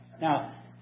Now